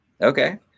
Okay